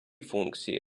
функції